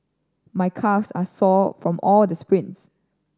my calves are sore from all the sprints